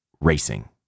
racing